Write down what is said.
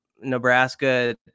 Nebraska